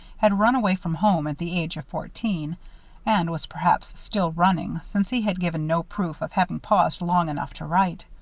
had run away from home at the age of fourteen and was perhaps still running, since he had given no proof of having paused long enough to write.